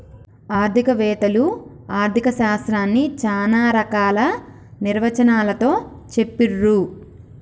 ఆర్థిక వేత్తలు ఆర్ధిక శాస్త్రాన్ని చానా రకాల నిర్వచనాలతో చెప్పిర్రు